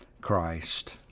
Christ